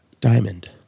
Diamond